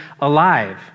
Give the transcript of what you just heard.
alive